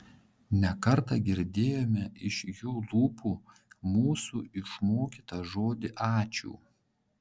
ne kartą girdėjome iš jų lūpų mūsų išmokytą žodį ačiū